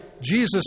Jesus